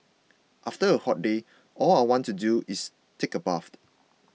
after a hot day all I want to do is take a bath